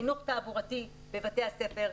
חינוך תעבורתי בבתי הספר,